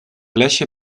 lesie